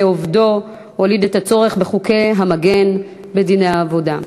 עובדו הוליד את הצורך בחוקי המגן בדיני העבודה.